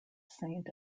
saint